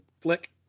flick